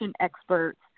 experts